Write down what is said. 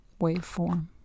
waveform